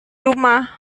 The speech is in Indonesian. rumah